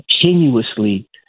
continuously